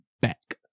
back